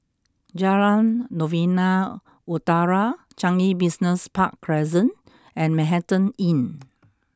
Jalan Novena Utara Changi Business Park Crescent and Manhattan Inn